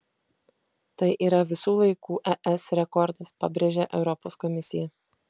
tai yra visų laikų es rekordas pabrėžia europos komisija